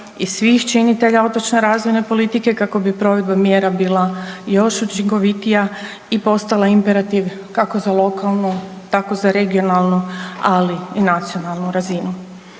i svih činitelja otočne razvojne politike kako bi provedba mjera bila još učinkovitija i postala imperativ, kako za lokalnu, tako za regionalnu, ali i nacionalnu razinu.